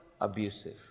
abusive